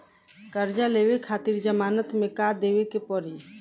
कर्जा लेवे खातिर जमानत मे का देवे के पड़ी?